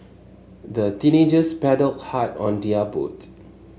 the teenagers paddled hard on their boat